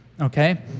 okay